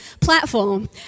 platform